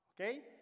Okay